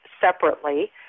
separately